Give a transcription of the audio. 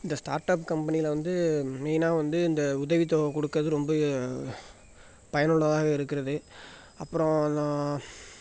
இந்த start up கம்பெனியில் வந்து மெயினாக வந்து இந்த உதவித்தொகை கொடுக்கறது ரொம்ப பயனுள்ளதாக இருக்கிறது அப்புறம்